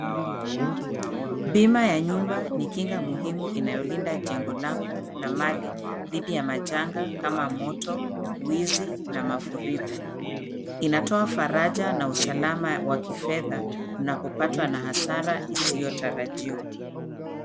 Bima ya nyumba ni kinga muhimu inayolinda jengo lako na mali dhidi ya majanga kama moto, wizi na mafuriko, inatoa faraja na usalama wa kifedha unapopatwa na hasara isio tarajiwa.